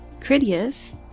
Critias